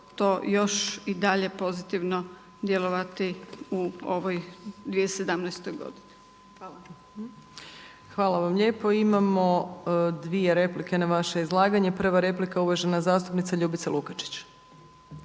još i dalje pozitivno djelovati u ovoj 2017. godini. **Opačić, Milanka (SDP)** Hvala vam lijepo. Imamo dvije replike na vaše izlaganje. Prva replika uvažena zastupnica Ljubica Lukačić.